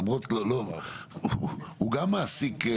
הוא גם מעסיק.